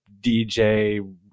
DJ